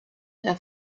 der